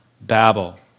Babel